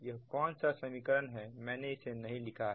यह कौन सा समीकरण है मैंने इसे नहीं लिखा है